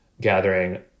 gathering